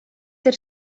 der